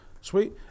sweet